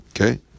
Okay